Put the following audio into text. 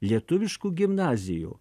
lietuviškų gimnazijų